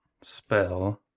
spell